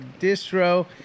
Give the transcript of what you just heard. distro